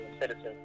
citizens